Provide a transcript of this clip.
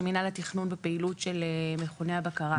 מינהל התכנון בפעילות של מכוני הבקרה.